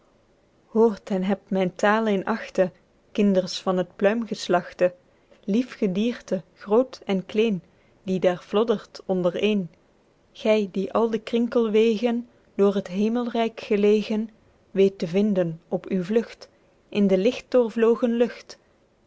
hoort en hebt myn tale in achte kinders van het pluimgeslachte lief gedierte groot en kleen die daer floddert ondereen gy die al de krinkelwegen door het hemelryk gelegen weet te vinden op uw vlugt in de ligt doorvlogen lucht